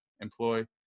employ